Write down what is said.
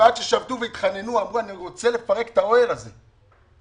שבתו והתחננו: אנחנו רוצים לפרק את האוהל הזה,